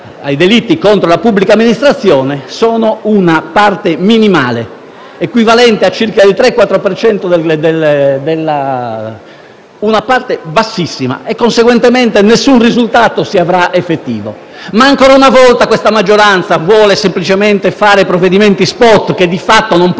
ai delitti contro la pubblica amministrazione sono una parte minimale, equivalente a circa il 3-4 per cento del totale, una parte bassissima. Conseguentemente non si avrà alcun risultato effettivo. Ma ancora una volta questa maggioranza vuole semplicemente fare provvedimenti *spot* che di fatto non portano